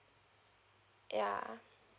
ya